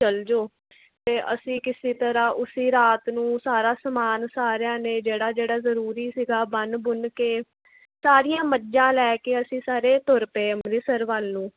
ਚਲ ਜਾਓ ਅਤੇ ਅਸੀਂ ਕਿਸੇ ਤਰਾਂ ਉਸੇ ਰਾਤ ਨੂੰ ਸਾਰਾ ਸਮਾਨ ਸਾਰਿਆਂ ਨੇ ਜਿਹੜਾ ਜ਼ਰੂਰੀ ਸੀਗਾ ਬੰਨ੍ਹ ਬੁੰਨ ਕੇ ਸਾਰੀਆਂ ਮੱਝਾਂ ਲੈ ਕੇ ਅਸੀਂ ਸਾਰੇ ਤੁਰ ਪਏ ਅੰਮ੍ਰਿਤਸਰ ਵੱਲ ਨੂੰ